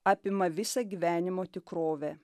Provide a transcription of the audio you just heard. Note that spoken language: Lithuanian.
apima visą gyvenimo tikrovę